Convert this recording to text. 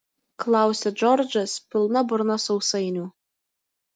klausia džordžas pilna burna sausainių